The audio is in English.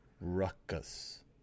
ruckus